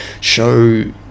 show